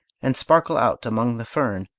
and sparkle out among the fern,